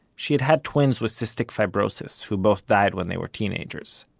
she had had twins with cystic fibrosis, who both died when they were teenagers.